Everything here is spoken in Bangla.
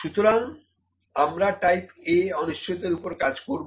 সুতরাং আমরা টাইপ A অনিশ্চয়তার উপরে কাজ করব